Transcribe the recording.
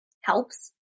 helps